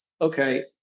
okay